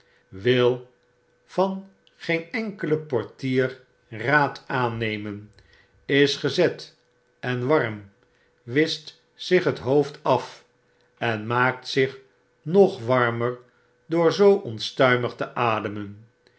wil van geen enkelen portier raad aannemen is gezet en warm wischt zich het hoofd af en maakt zich nog warmer door zoo onstuimig te ademen